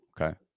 okay